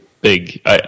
big –